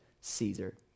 Caesar